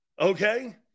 okay